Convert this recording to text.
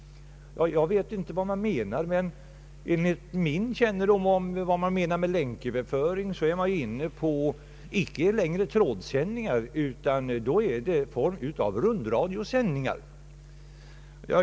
Jag vet inte vad man menar, men med min kännedom om länköverföring är man inne på icke längre trådsändningar utan en form av rundradiosändningar.